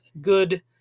good